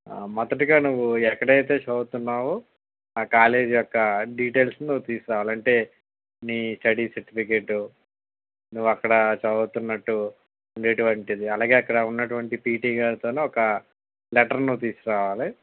మొదటిగా నువ్వు ఎక్కడయితే చదువుతున్నావో ఆ కాలేజీ యొక్క డీటైల్స్ నువ్వు తీసుకురావాలి అంటే నీ స్టడీ సర్టిఫికేట్ నువ్వు అక్కడ చదువుతున్నట్టు ఉండేటటువంటిది అలాగే అక్కడ ఉన్నటువంటి పిటి గారితోను ఒక లెటర్ ను తీసుకొనిరావాలి